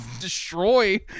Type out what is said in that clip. destroy